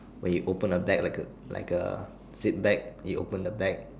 where you open a bag like a like a zip bag you open the bag